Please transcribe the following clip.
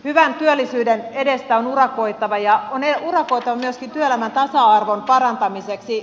hyvän työllisyyden edestä on urakoitava ja on urakoitava myöskin työelämän tasa arvon parantamiseksi